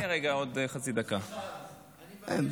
אדוני